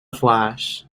flash